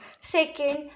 Second